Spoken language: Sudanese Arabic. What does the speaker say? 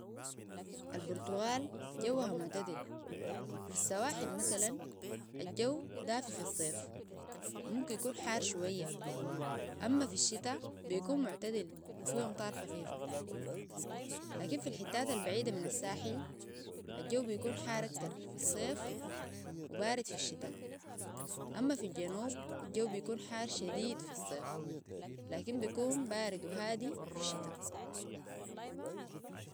في البرتغال جوها معتدل في السواحل مثلا الجو دافي في الصيف وممكن يكون حار شوية أما في الشتاء بيكون معتدل وفيه أمطار خفيفة لكن في الحتات البعيدة من الساحل الجو بيكون حار اكتر في الصيف وبارد في الشتاء أما في الجنوب الجو بيكون حار شديد في الصيف لكن بيكون بارد وهادي في الشتاء